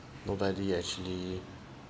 nobody actually